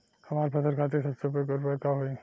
हमार फसल खातिर सबसे उपयुक्त उर्वरक का होई?